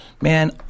Man